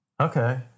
Okay